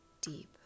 deep